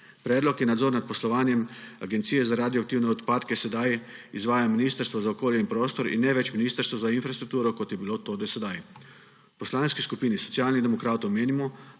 Predlog je, da nadzor nad poslovanjem agencije za radioaktivne odpadke sedaj izvaja Ministrstvo za okolje in prostor in ne več Ministrstvo za infrastrukturo, kot je bilo to do sedaj. V Poslanski skupini SD menimo,